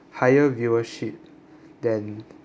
higher viewership than